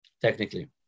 technically